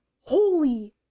holy